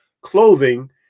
Clothing